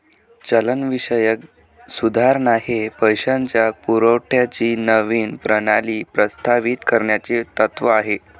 चलनविषयक सुधारणा हे पैशाच्या पुरवठ्याची नवीन प्रणाली प्रस्तावित करण्याचे तत्त्व आहे